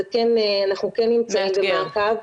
אנחנו כן נמצאים במעקב,